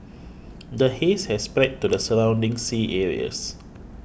the haze has spread to the surrounding sea areas